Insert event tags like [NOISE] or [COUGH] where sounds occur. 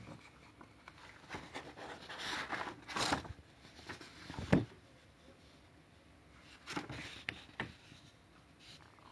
[NOISE]